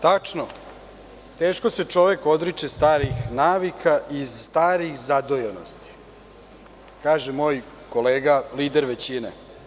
Tačno, teško se čovek odriče starih navika iz starih zadojenosti, kaže moj kolega lider većine.